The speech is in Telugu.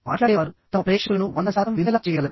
మాట్లాడేవారు తమ ప్రేక్షకులను 100 శాతం వినేలా చేయగలరు